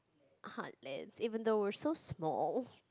heartlands even though we're so small